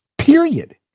period